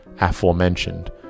aforementioned